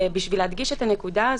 כדי להדגיש את הנקודה הזאת,